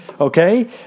okay